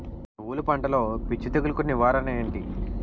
నువ్వులు పంటలో పిచ్చి తెగులకి నివారణ ఏంటి?